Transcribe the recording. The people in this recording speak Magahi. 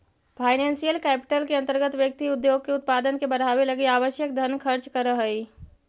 फाइनेंशियल कैपिटल के अंतर्गत व्यक्ति उद्योग के उत्पादन के बढ़ावे लगी आवश्यक धन खर्च करऽ हई